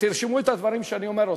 ותרשמו את הדברים שאני אומר.